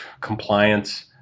compliance